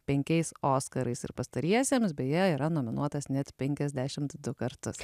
penkiais oskarais ir pastariesiems beje yra nominuotas net penkiasdešimt du kartus